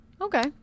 Okay